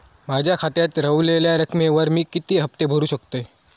माझ्या खात्यात रव्हलेल्या रकमेवर मी किती हफ्ते भरू शकतय?